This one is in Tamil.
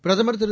பிரதமர் திரு